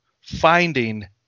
finding